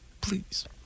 Please